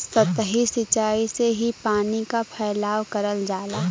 सतही सिचाई से ही पानी क फैलाव करल जाला